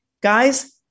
guys